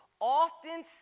often